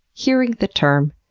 hearing the term,